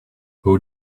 who